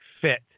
fit